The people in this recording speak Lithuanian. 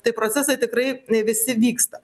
tai procesai tikrai visi vyksta